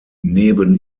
neben